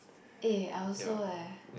eh I also eh